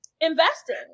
investing